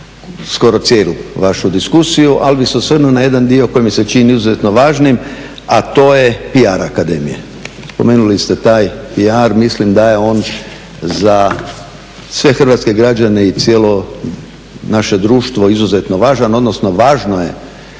skoro cijelu vašu diskusiju, ali bih se osvrnuo na jedan dio koji mi se čini izuzetno važnim a to je PR akademija. Spomenuli ste taj PR mislim da je on za sve hrvatske građane i za naše društvo izuzetno važan odnosno važno je